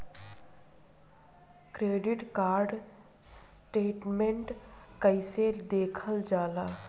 Credit card statement कइसे देखल जाला?